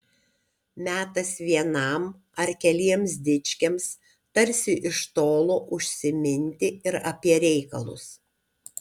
metas vienam ar keliems dičkiams tarsi iš tolo užsiminti ir apie reikalus